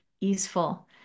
easeful